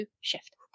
shift